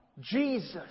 Jesus